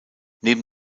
neben